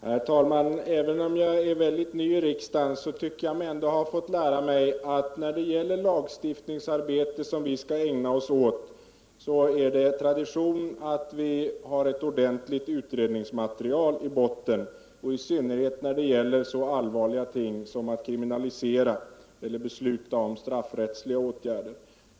Herr talman! Även om jag är väldigt ny i riksdagen har jag ändå fått lära mig att det i det lagstiftningsarbete som vi skall ägna oss åt är tradition att vi har ett utredningsmaterial i botten, i synnerhet när det gäller så allvarliga ting som att kriminalisera eller besluta om straffrättsliga åtgärder.